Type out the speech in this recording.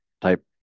type